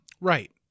Right